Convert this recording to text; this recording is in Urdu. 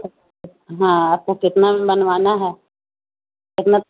ہاں آپ کو کتنا میں بنوانا ہے کتنا